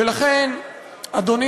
ולכן, אדוני